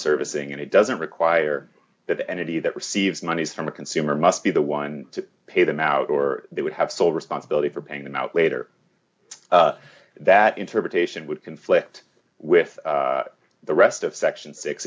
servicing and it doesn't require that the entity that receives monies from a consumer must be the one dollar to pay them out or they would have sole responsibility for paying them out later that interpretation would conflict with the rest of section six